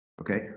Okay